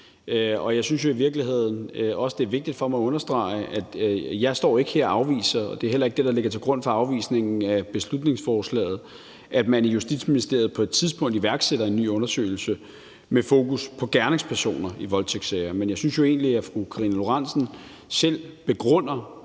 Jeg synes jo i virkeligheden også, det er vigtigt for mig at understrege, at jeg ikke står her og afviser beslutningsforslaget. Det, der ligger til grund for afvisningen af det, er heller ikke, at man i Justitsministeriet på et tidspunkt iværksætter en ny undersøgelse med fokus på gerningspersoner i voldtægtssager. Men jeg synes jo egentlig, at fru Karina Lorentzen Dehnhardt